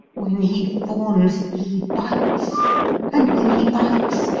when he fawns he bites and when he bites,